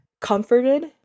comforted